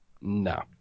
no